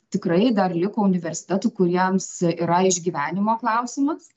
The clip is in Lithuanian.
tikrai dar liko universitetų kuriems yra išgyvenimo klausimas